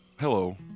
Hello